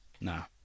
No